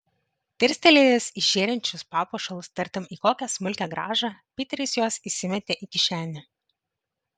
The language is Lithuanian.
dirstelėjęs į žėrinčius papuošalus tartum į kokią smulkią grąžą piteris juos įsimetė į kišenę